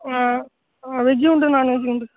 ஆ ஆ வெஜ்ஜும் உண்டு நான்வெஜ்ஜும் உண்டு சார்